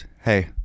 Hey